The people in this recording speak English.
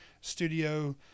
Studio